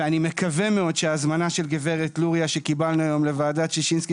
ואני מקווה מאוד שההזמנה של גב' לוריא שקיבלנו היום לוועדת שרשבסקי,